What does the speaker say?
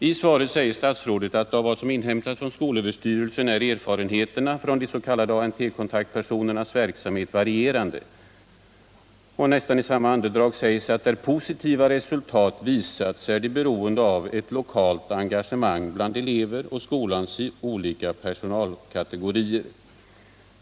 I svaret säger statsrådet att enligt vad som inhämtats från skolöverstyrelsen är erfarenheterna från ANT-kontaktpersonernas verksamhet varierande. I nästan samma andetag sägs att där positiva resultat visats är dessa beroende av ett lokalt engagemang bland elever och skolans olika personalkategorier.